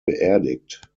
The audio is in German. beerdigt